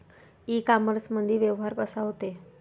इ कामर्समंदी व्यवहार कसा होते?